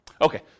Okay